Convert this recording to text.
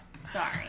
Sorry